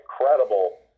incredible